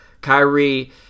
Kyrie